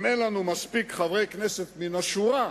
אם אין לנו מספיק חברי כנסת מן השורה,